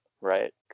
Right